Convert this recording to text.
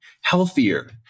healthier